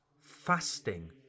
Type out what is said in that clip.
fasting